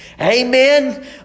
Amen